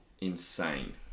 insane